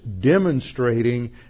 demonstrating